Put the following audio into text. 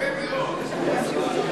יפה מאוד.